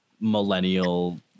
millennial